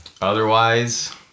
Otherwise